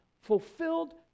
fulfilled